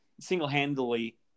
single-handedly